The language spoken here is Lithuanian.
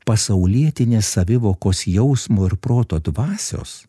pasaulietinės savivokos jausmo ir proto dvasios